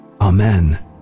Amen